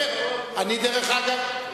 דרך אגב,